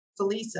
Felisa